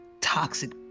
toxic